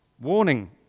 warning